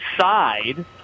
side